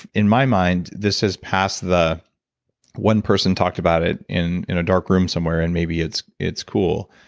in my mind, this has passed the one person talked about it in in a dark room somewhere, and maybe it's it's cool,